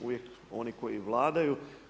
Uvijek oni koji vladaju.